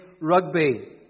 rugby